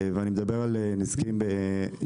ואני מדבר על נזקי אקלים.